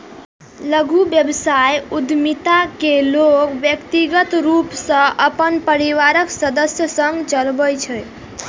लघु व्यवसाय उद्यमिता कें लोग व्यक्तिगत रूप सं अपन परिवारक सदस्य संग चलबै छै